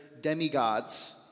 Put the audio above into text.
demigods